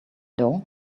dough